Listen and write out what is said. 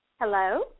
Hello